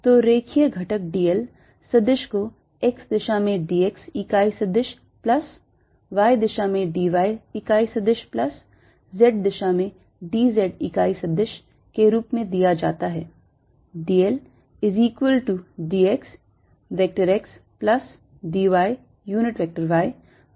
तो रेखीय घटक d l सदिश को x दिशा में d x इकाई सदिश प्लस y दिशा में d y इकाई सदिश प्लस z दिशा में d z इकाई सदिश के रूप में दिया जाता है